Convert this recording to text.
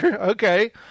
Okay